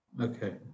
Okay